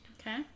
Okay